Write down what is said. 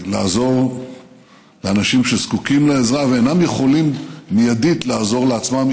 לעזור לאנשים שזקוקים לעזרה ואינם יכולים מיידית לעזור לעצמם,